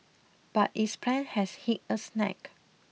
but its plan has hit a snag